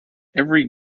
every